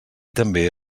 també